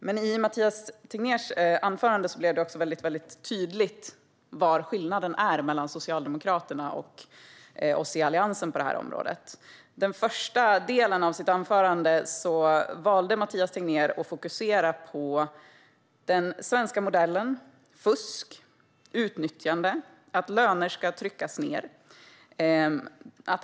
Men i Mathias Tegnérs anförande blev det tydligt vad skillnaden är mellan Socialdemokraterna och oss i Alliansen på området. I den första delen av sitt anförande valde Mathias Tegnér att fokusera på den svenska modellen, fusk, utnyttjande och att löner ska tryckas ned.